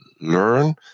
learn